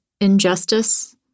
injustice